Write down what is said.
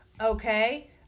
Okay